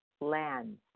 lands